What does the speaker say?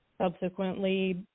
subsequently